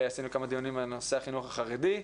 עשינו כמה דיונים על נושא החינוך החרדי,